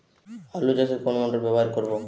আলু চাষে কোন মোটর ব্যবহার করব?